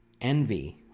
envy